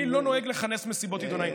אני לא נוהג לכנס מסיבות עיתונאים.